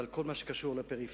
אבל כל מה שקשור לפריפריה,